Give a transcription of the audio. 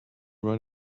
run